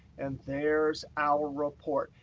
and there's our report.